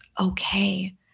okay